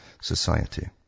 society